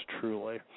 truly